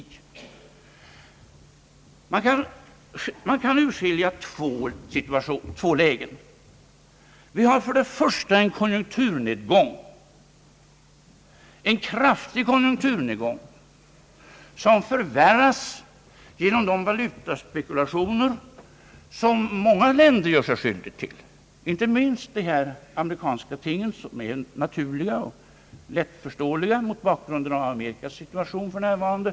Man kan urskilja två inslag i detta läge. Vi har för det första en kraftig konjunkturnedgång, som förvärras genom de valutaspekulationer som många länder gör sig skyldiga till; det gäller inte minst de här amerikanska tingen, som är naturliga och lättförståeliga mot bakgrunden av Amerikas situation för närvarande.